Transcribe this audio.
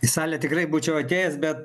į salę tikrai būčiau atėjęs bet